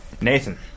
Nathan